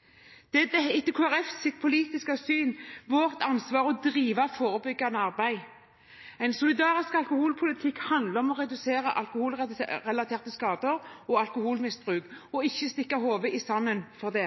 arbeidsliv. Det er etter Kristelig Folkepartis politiske syn vårt ansvar å drive forebyggende arbeid. En solidarisk alkoholpolitikk handler om å redusere alkoholrelaterte skader og alkoholmisbruk – og ikke stikke hodet i sanden når det